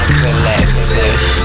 collective